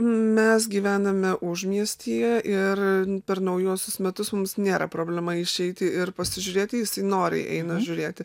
mes gyvename užmiestyje ir per naujuosius metus mums nėra problema išeiti ir pasižiūrėti jisai noriai eina žiūrėti